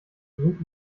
suchend